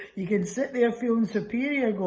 you can sit there feeling superior,